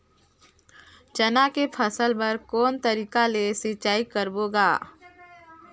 चना के फसल बर कोन तरीका ले सिंचाई करबो गा?